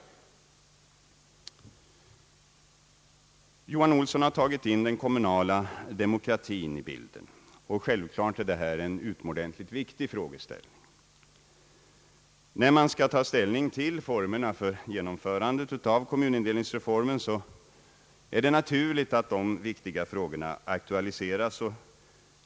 Herr Johan Olsson har tagit in den kommunala demokratin i bilden, och självklart är det utomordentligt viktigt att den beaktas. När man skall ta ställning till formerna för genomförandet av kommunindelningsreformen, är det naturligt att dessa viktiga frågor aktualiseras.